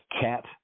cat